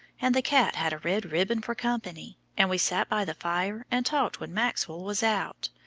and the cat had a red ribbon for company, and we sat by the fire and talked when maxwell was out,